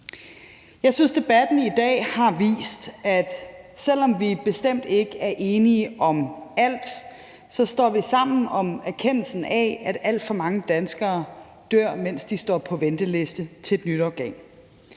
Jeg synes, at debatten i dag har vist, at selv om vi bestemt ikke er enige om alt, står vi sammen om erkendelsen af, at alt for mange danskere dør, mens de står på venteliste til et nyt organ.